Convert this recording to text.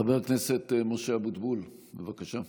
חבר הכנסת משה אבוטבול, בבקשה.